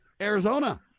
Arizona